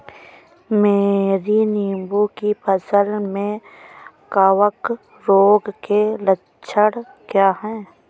मेरी नींबू की फसल में कवक रोग के लक्षण क्या है?